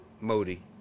Modi